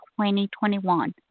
2021